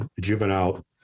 juvenile